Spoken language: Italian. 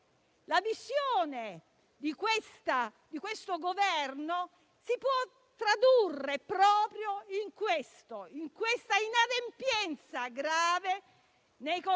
La visione del Governo, quindi, si può tradurre proprio in questa inadempienza grave nei confronti